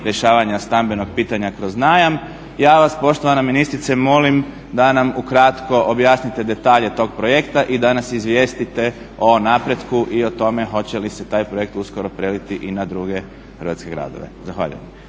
rješavanja stambenog pitanja kroz najam. Ja vas poštovana ministrice molim da nam ukratko objasnite detalje tog projekta i da nas izvijestite o napretku i o tome hoće li se taj projekt uskoro preliti i na druge hrvatske gradove? Zahvaljujem.